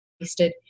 wasted